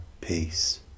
peace